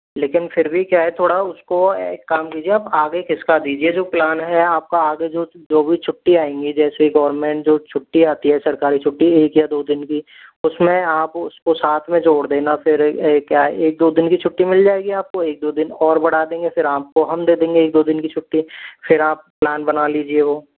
लेकिन फिर भी क्या है थोड़ा उसको एक काम कीजिए आप आगे खिसका दीजिए जो प्लान है आपका आगे जो जो भी छुट्टी आएंगी जैसे गवर्नमेंट जो छुट्टी आती है सरकारी छुट्टी एक या दो दिन की उसमें आप उसको साथ में जोड़ देना फिर क्या है एक दो दिन की छुट्टी मिल जाएगी आपको एक दो दिन और बढ़ा देंगे फिर आपको हम दे देंगे एक दो दिन की छुट्टी फिर आप प्लान बना दीजिए वो